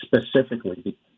specifically